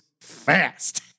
fast